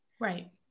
Right